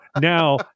now